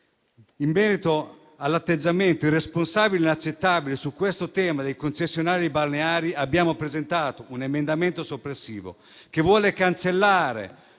In merito all'atteggiamento irresponsabile e inaccettabile, su questo tema, dei concessionari balneari, abbiamo presentato un emendamento soppressivo, che vuole cancellare